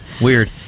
Weird